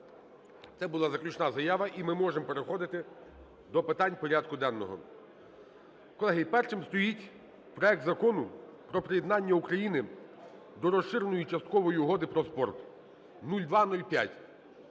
це була заключна заява. І ми можемо переходити до питань порядку денного. Колеги, першим стоїть проект Закону про приєднання України до Розширеної часткової угоди про спорт (0205).